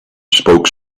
spoke